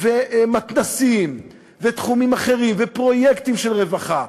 ומתנ"סים ותחומים אחרים ופרויקטים של רווחה,